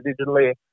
digitally